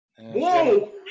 Whoa